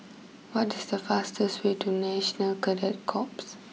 what is the fastest way to National Cadet Corps